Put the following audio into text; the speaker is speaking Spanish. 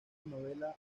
novela